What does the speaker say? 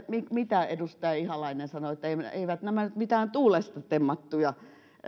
mitä edustaja ihalainen sanoitte eivät nämä nyt mitään tuulesta temmattuja